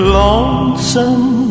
lonesome